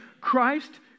Christ